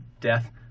Death